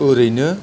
ओरैनो